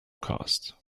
cost